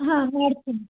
ಹಾಂ ಮಾಡ್ತೀನಿ